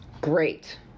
Great